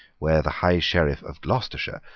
where the high sheriff of gloucestershire,